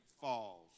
falls